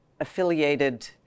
affiliated